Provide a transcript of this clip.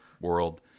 world